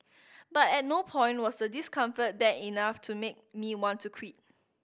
but at no point was the discomfort bad enough to make me want to quit